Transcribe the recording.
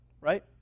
Right